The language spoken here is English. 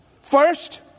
First